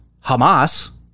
Hamas